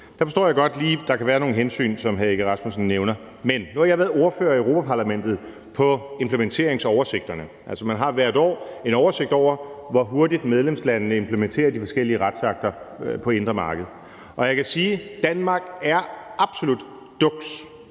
forstår jeg godt lige, at der kan være nogle hensyn, som hr. Søren Egge Rasmussen nævner. Men nu har jeg været ordfører i Europa-Parlamentet på implementeringsoversigterne. Altså, man har hvert år en oversigt over, hvor hurtigt medlemslandene implementerer de forskellige retsakter på indre marked. Og jeg kan sige: Danmark er absolut duks.